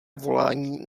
volání